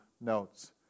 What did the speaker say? notes